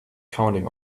counting